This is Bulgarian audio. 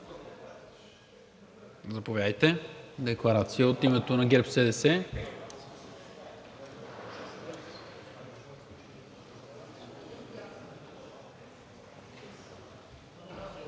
Заповядайте. Декларация от името на ГЕРБ-СДС.